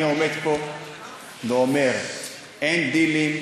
אני עומד פה ואומר: אין דילים,